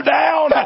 down